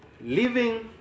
living